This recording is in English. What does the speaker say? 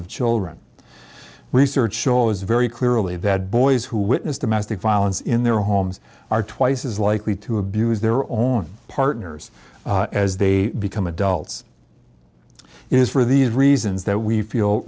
of children research shows very clearly that boys who witness domestic violence in their homes are twice as likely to abuse their own partners as they become adults is for these reasons that we feel